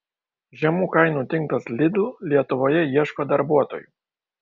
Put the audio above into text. žemų kainų tinklas lidl lietuvoje ieško darbuotojų